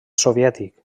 soviètic